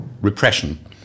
repression